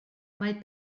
mae